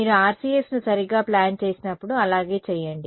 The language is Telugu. మీరు RCS ను సరిగ్గా ప్లాన్ చేసినప్పుడు అలాగే చెయ్యండి